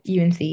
UNC